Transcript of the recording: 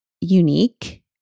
unique